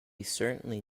certainly